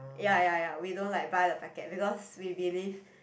ya ya ya we don't like buy the packet because we believe